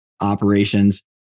operations